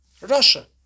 Russia